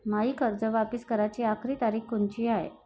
मायी कर्ज वापिस कराची आखरी तारीख कोनची हाय?